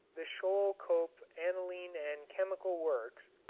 the schoelkopf aniline and chemical works,